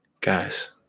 Guys